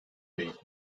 değil